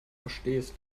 verstehst